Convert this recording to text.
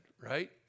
right